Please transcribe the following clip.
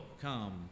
come